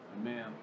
Amen